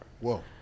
Whoa